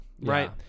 right